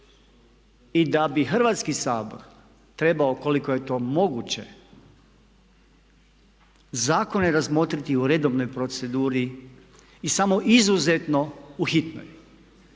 i da bi Hrvatski sabor trebao ukoliko je to moguće zakone razmotriti u redovnoj proceduri i samo izuzetno u hitnoj.